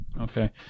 Okay